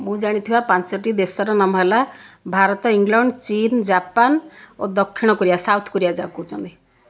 ମୁଁ ଜାଣିଥିବା ପାଞ୍ଚଟି ଦେଶର ନାମ ହେଲା ଭାରତ ଇଂଲଣ୍ଡ ଚୀନ ଜାପାନ ଓ ଦକ୍ଷିଣ କୋରିଆ ସାଉଥ୍ କୋରିଆ ଯାହାକୁ କହୁଛନ୍ତି